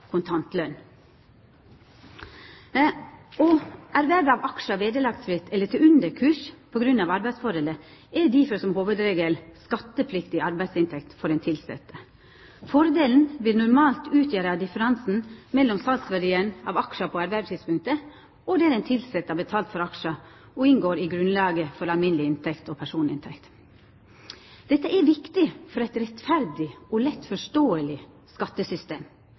for kontant løn. Erverv av aksjar vederlagsfritt eller til underkurs på grunn av arbeidsforholdet er difor som hovudregel skattepliktig arbeidsinntekt for den tilsette. Fordelen vil normalt utgjera differansen mellom salsverdien av aksjen på ervervstidspunktet og det den tilsette har betalt for aksjen, og inngår i grunnlaget for alminneleg inntekt og personinntekt. Dette er viktig for eit rettferdig og lett forståeleg skattesystem.